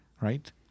right